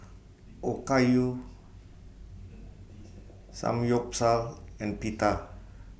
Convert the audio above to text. Okayu Samgyeopsal and Pita